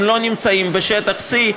הם לא נמצאים בשטח C,